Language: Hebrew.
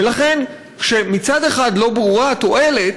ולכן, כשמצד אחד לא ברורה התועלת,